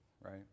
right